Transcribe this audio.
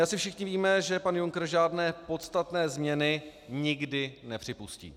Asi všichni víme, že pan Juncker žádné podstatné změny nikdy nepřipustí.